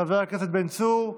חבר הכנסת בן צור,